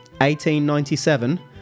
1897